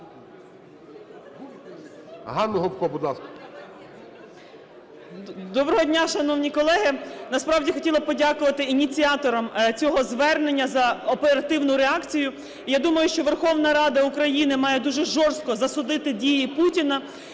Доброго дня, шановні колеги! Насправді хотіла подякувати ініціаторам цього звернення за оперативну реакцію. Я думаю, що Верховна Рада України має дуже жорстко засудити дії Путіна.